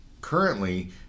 Currently